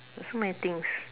there's so many things